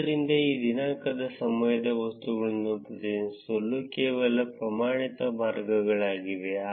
ಆದ್ದರಿಂದ ಈ ದಿನಾಂಕದ ಸಮಯದ ವಸ್ತುಗಳನ್ನು ಪ್ರತಿನಿಧಿಸಲು ಕೆಲವು ಪ್ರಮಾಣಿತ ಮಾರ್ಗಗಳಿವೆ